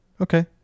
Okay